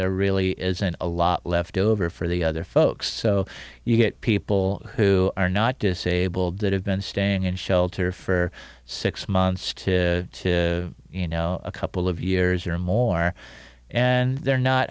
there really isn't a lot left over for the other folks so you get people who are not disabled that have been staying in shelter for six months to you know a couple of years or more and they're not